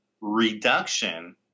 reduction